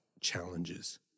challenges